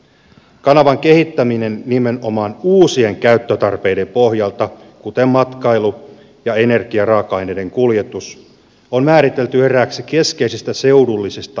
kanavan kehittäminen nimenomaan uusien käyttötarpeiden pohjalta kuten matkailun ja energiaraaka aineiden kuljetuksen on määritelty erääksi keskeisistä seudullisista investointikohteista